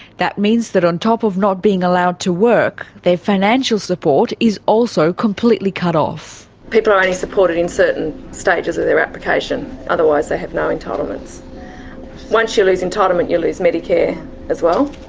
that means that on top of not being allowed to work, their financial support is also completely cut off. people are only supported in certain stages of their application, otherwise they have no entitlements. once you lose entitlements you lose medicare as well.